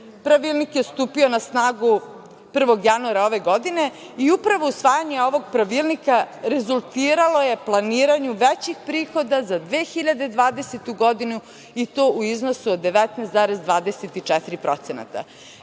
Pravilnik je stupio na snagu 1. januara ove godine i upravo usvajanje ovog pravilnika rezultiralo je planiranju većih prihoda za 2020. godinu i to u iznosu od 19,24%.Kada